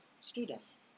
students